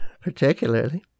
particularly